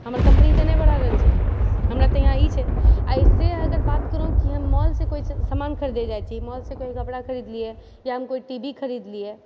हमर कम्पनी तऽ नहि बढ़ा रहल छै हमरा तऽ यहाँ ई छै आइ से अगर बात करू कि हम मॉल से कोइ समान खरिदै जाय छी मॉल से कहियो कपड़ा खरीदलिऐ या हम कोइ टी वी खरीदलिऐ